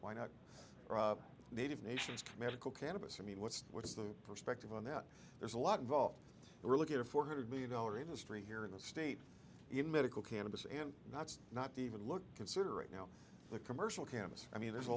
why not native nations medical cannabis i mean what's what's the perspective on that there's a lot involved we're looking at a four hundred million dollar industry here in the state even medical cannabis and that's not even look consider right now the commercial campus i mean there's a